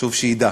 חשוב שידע,